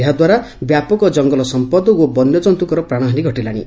ଏହାଦାରା ବ୍ୟାପକ ଜଙାଗଲ ସମ୍ମଦ ଓ ବନ୍ୟଜନ୍ତୁଙ୍କର ପ୍ରାଶହାନି ଘଟିଲାଣି